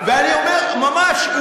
ממש.